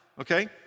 okay